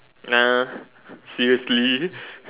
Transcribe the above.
nah seriously